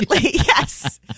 Yes